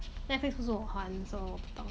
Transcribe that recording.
Netflix 不是我还 so 我不懂